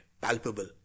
palpable